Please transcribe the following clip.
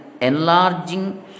enlarging